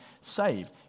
saved